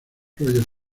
roger